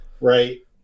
right